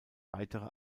weitere